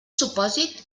supòsit